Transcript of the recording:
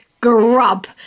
grub